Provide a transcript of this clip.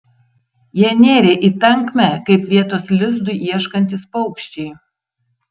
jie nėrė į tankmę kaip vietos lizdui ieškantys paukščiai